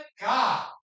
God